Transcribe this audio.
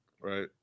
right